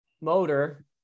motor